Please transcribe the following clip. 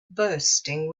bursting